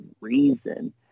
reason